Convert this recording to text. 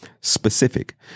specific